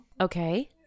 Okay